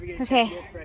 Okay